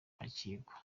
bakirwa